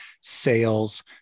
sales